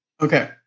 Okay